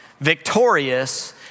victorious